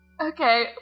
Okay